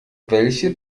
welche